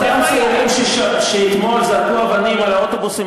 אותם צעירים שאתמול זרקו אבנים על האוטובוס עם